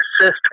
assist